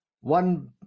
one